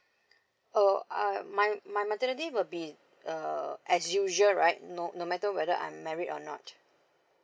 oh uh my my maternity will be uh as usual right no no matter whether I'm married or not